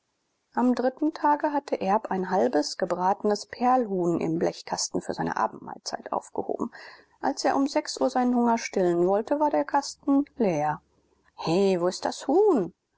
am dritten tage hatte erb ein halbes gebratenes perlhuhn im blechkasten für seine abendmahlzeit aufgehoben als er um sechs uhr seinen hunger stillen wollte war der kasten leer he wo ist das huhn